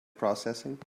processing